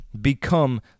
become